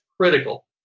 critical